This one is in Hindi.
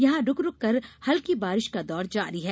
यहां रुक रुक कर हल्की बारिश का दौर जारी है